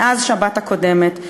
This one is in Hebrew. מאז השבת הקודמת,